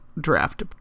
Draft